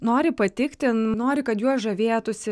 nori patikti nori kad juo žavėtųsi